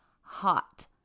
hot